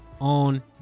on